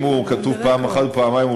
אם הוא כתוב פעם אחת או פעמיים,